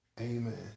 Amen